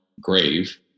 grave